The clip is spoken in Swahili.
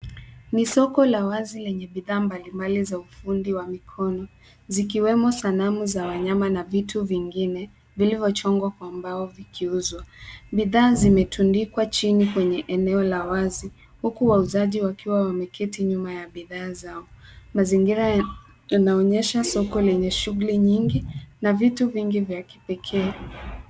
Ni soko la wazi lenye bidhaa mbalimbali za ufundi wa mikono zikiwemo sanamu za wanyama na vitu vingine vilivyochongwa kwa mbao vikiuzwa. Bidhaa zimetundikwa chini kwenye eneo la wazi huku wauzaji wakiwa wameketi nyuma ya bidhaa zao. Mazingira yanaonyesha soko lenye shughuli nyingi na vitu vingi vya kipekee.